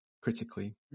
critically